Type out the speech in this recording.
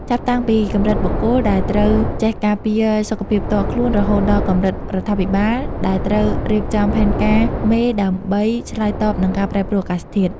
ចាប់តាំងពីកម្រិតបុគ្គលដែលត្រូវចេះការពារសុខភាពផ្ទាល់ខ្លួន រហូតដល់កម្រិតរដ្ឋាភិបាលដែលត្រូវរៀបចំផែនការមេដើម្បីឆ្លើយតបនឹងការប្រែប្រួលអាកាសធាតុ។